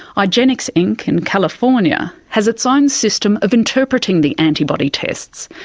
igenex inc in california has its own system of interpreting the antibody tests,